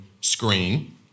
screen